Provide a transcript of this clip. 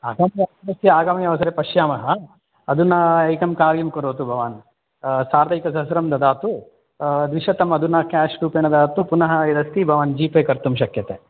आगमस्य आगामवसरे पश्यामः अधुना एकं कार्यं करोतु भवान् सार्धैकसहस्रं ददातु द्विशतम् अधुना केश् रूपेण ददातु पुनः यदस्ति भवान् जि पे कर्तुं शक्यते